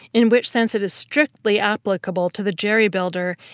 in which sense it is strictly applicable to the jerry-builder,